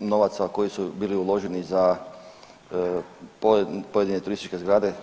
novaca koji su bili uloženi za pojedine turističke zgrade.